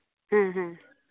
ᱦᱮᱸ ᱦᱮᱸ